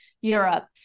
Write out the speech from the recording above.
europe